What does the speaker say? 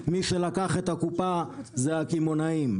מי שלקח את הקופה זה הקמעונאים.